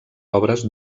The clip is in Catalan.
obres